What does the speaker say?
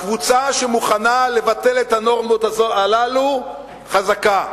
הקבוצה שמוכנה לבטל את הנורמות האלה חזקה,